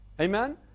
Amen